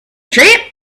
trip